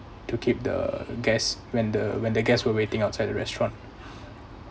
to keep the guest when the when the guests were waiting outside the restaurant